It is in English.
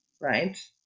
right